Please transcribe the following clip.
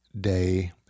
day